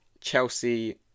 Chelsea